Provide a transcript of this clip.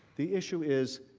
the issue is,